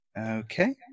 Okay